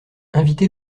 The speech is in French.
invité